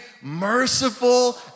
Merciful